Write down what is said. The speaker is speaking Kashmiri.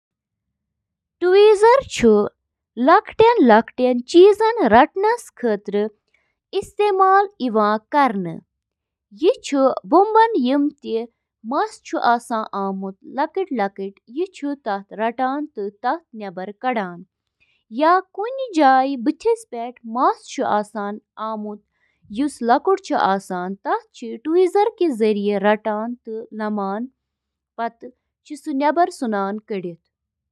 ڈش واشر چھِ اکھ یِژھ مِشیٖن یۄسہٕ ڈِشوار، کُک ویئر تہٕ کٹلری پٲنۍ پانے صاف کرنہٕ خٲطرٕ استعمال چھِ یِوان کرنہٕ۔ ڈش واشرٕچ بنیٲدی کٲم چھِ برتن، برتن، شیشہِ ہٕنٛدۍ سامان تہٕ کُک ویئر صاف کرٕنۍ۔